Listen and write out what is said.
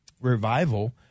revival